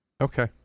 Okay